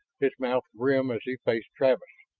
his mouth grim as he faced travis.